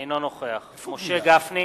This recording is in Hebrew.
אינו נוכח משה גפני,